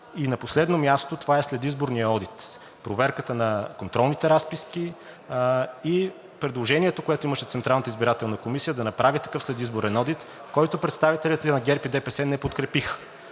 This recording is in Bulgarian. И на последно място, това е следизборният одит, проверката на контролните разписки и предложението, което имаше ЦИК да направи такъв следизборен одит, който представителите на ГЕРБ и ДПС не подкрепиха.